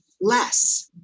less